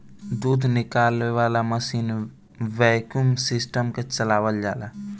दूध निकाले वाला मशीन वैक्यूम सिस्टम से चलावल जाला